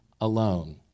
alone